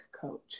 coach